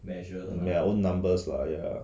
their own number lah ya